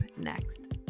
next